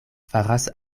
faras